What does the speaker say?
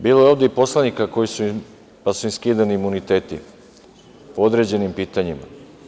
Bilo je ovde poslanika, pa su im skidani imuniteti po određenim pitanjima.